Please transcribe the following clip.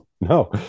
No